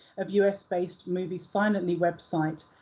of us-based movies silently website,